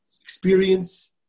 experience